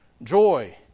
Joy